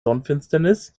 sonnenfinsternis